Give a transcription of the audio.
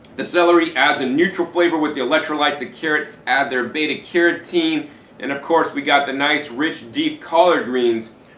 the celery as neutral flavor with the electrolytes and carrots add their beta-carotene. and of course we've got the nice rich deep collard greens,